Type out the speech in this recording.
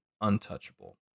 untouchable